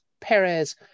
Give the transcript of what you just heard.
Perez